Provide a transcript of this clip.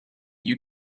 you